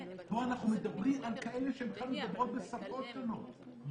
פה אנחנו מדברים על כאלה שבכלל מדברות בשפות שונות,